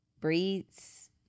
breeds